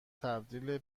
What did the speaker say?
تبدیل